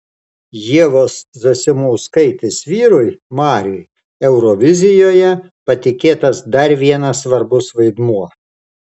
ievos zasimauskaitės vyrui mariui eurovizijoje patikėtas dar vienas svarbus vaidmuo